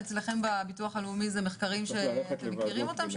אצלכם בביטוח הלאומי זה מחקרים שאתם מכירים אותם,